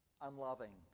unloving